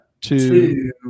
two